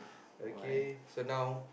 okay so now